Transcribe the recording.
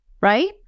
right